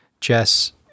Jess